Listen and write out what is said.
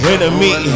Enemy